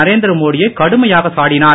நரேந்திர மோடி யை கடுமையாக சாடினார்